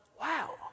Wow